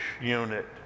unit